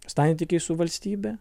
santykiai su valstybe